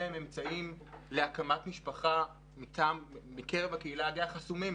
להם אמצעים להקמת משפחה מקרב הקהילה הגאה חסומים.